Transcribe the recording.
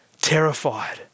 terrified